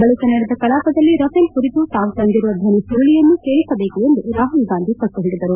ಬಳಿಕ ನಡೆದ ಕಲಾಪದಲ್ಲಿ ರಫೇಲ್ ಕುರಿತು ತಾವು ತಂದಿರುವ ಧನಿ ಸುರುಳಿಯನ್ನು ಕೇಳಿಸಬೇಕು ಎಂದು ರಾಹುಲ್ಗಾಂಧಿ ಪಟ್ಲು ಹಿಡಿದರು